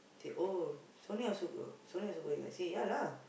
they oh Sonia also go Sonia also going ah I say ya lah